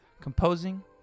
composing